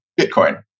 Bitcoin